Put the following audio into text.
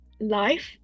life